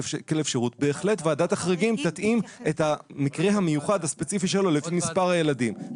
בהחלט ועדת החריגים תתאים את המקרה המיוחד הספציפי שלו לפי מספר הילדים.